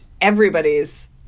everybody's